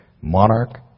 Monarch